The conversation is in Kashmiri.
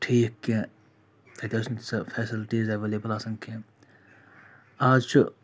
ٹھیٖک کیٚنٛہہ تَتہِ ٲس نہٕ سۄ فٮ۪سَلٹیٖز اٮ۪وٮ۪لیبٕل آسان کیٚنٛہہ آز چھُ